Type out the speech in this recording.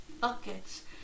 buckets